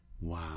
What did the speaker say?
Wow